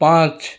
پانچ